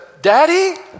Daddy